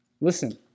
Listen